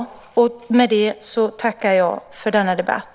Med det tackar jag åter för denna debatt.